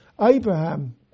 Abraham